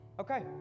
Okay